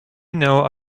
know